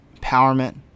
empowerment